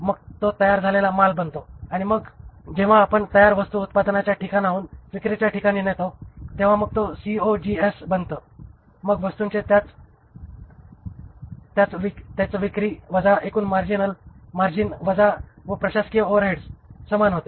मग तो तयार झालेला माल बनतो आणि मग जेव्हा आपण तयार वस्तू उत्पादनाच्या ठिकाणाहून विक्रीच्या ठिकाणी नेतो तेव्हा मग ते COGS बनते मग वस्तूंचे त्याच विक्री वजा एकूण मार्जिन वजा व प्रशासकीय ओव्हरहेड्स समान होते